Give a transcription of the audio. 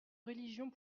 religion